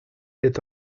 est